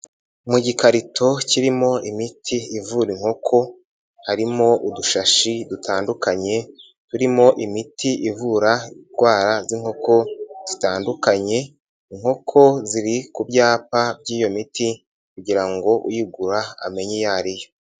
Mu gikarito kirimo imiti ivura inkoko harimo udushashi dutandukanye turimo imiti ivura indwara z'inkoko zitandukanye, inkoko ziri ku byapa by'iyo miti kugira ngo uyigura amenye iyo ari yo.